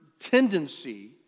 tendency